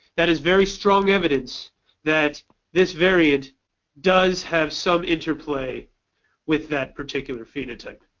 that is very strong evidence that this variant does have some interplay with that particular phenotype